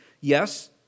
Yes